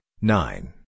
nine